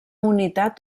unitat